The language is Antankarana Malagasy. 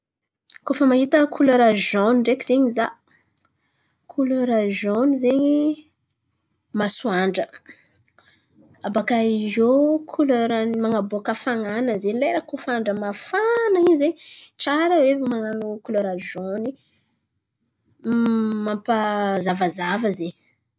Koa fa mahita kolera zôny ndreky zen̈y za, kolera zôny zen̈y masoandra. Abôkaiô kolera man̈aboaka afan̈ana zen̈y lera koa fa andra mafana in̈y zen̈y tsara oe man̈ano kolera zôny. M- mampazavazava zen̈y.